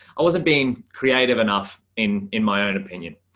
i wasn't being creative enough in, in my own opinion.